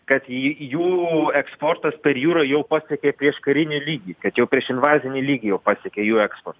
kad jų eksportas per jūrą jau pasiekė prieškarinį lygį kad jau prieš invazinį lygį pasiekė jų eksportas